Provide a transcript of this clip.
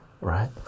right